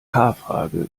frage